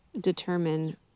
determine